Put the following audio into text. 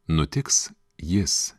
nutiks jis